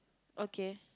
okay